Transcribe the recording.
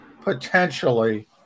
potentially